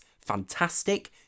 fantastic